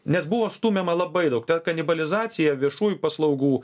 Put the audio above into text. nes buvo stumiama labai daug ta kanibalizacija viešųjų paslaugų